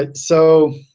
ah so